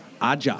Aja